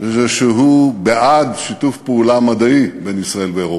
זה שהוא בעד שיתוף פעולה מדעי בין ישראל לאירופה.